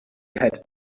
had